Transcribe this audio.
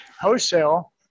wholesale